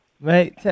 Mate